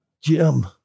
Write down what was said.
Jim